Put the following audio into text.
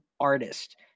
artist